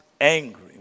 angry